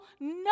no